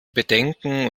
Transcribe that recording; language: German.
bedenken